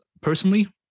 personally